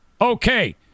okay